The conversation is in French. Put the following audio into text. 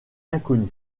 inconnue